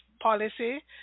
policy